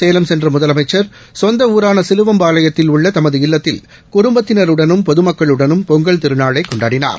சேலம் சென்ற முதலமைச்சர் சொந்த ஊரான சிலுவம்பாளையத்தில் உள்ள தமது இல்லத்தில் குடும்பத்தினருடனும் பொதுமக்களுடனும் பொங்கல் திருநாளை கொண்டாடினார்